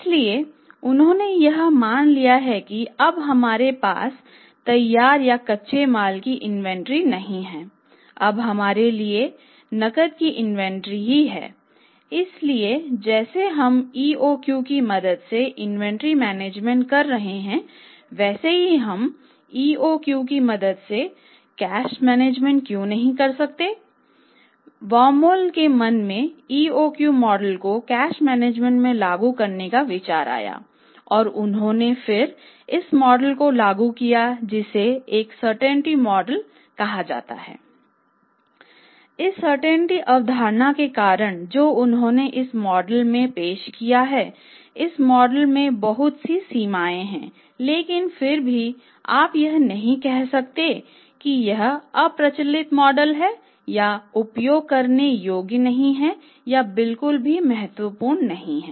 इसलिए उन्होंने यह मान लिया कि अब हमारे पास तैयार या कच्चे माल की इन्वेंट्रीकहा जाता है इस सर्टेंटी है या उपयोग करने योग्य नहीं है या बिल्कुल भी महत्वपूर्ण नहीं है